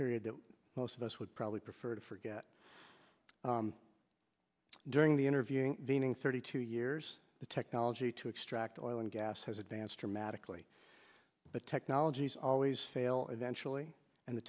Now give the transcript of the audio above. period that most of us would probably prefer to forget during the interview meaning thirty two years the technology to extract oil and gas has advanced dramatically but technologies always fail eventually and the